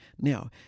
Now